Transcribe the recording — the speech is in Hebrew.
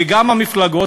וגם המפלגות,